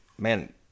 man